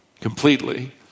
completely